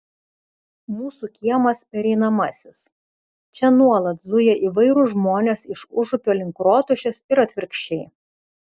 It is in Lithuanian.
mūsų kiemas pereinamasis čia nuolat zuja įvairūs žmonės iš užupio link rotušės ir atvirkščiai